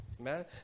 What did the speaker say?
Amen